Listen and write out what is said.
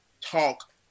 talk